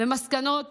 ומסקנות